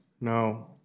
No